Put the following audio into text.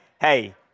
Hey